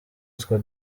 utwo